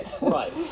Right